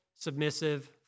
submissive